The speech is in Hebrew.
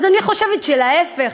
אז אני חושבת שלהפך,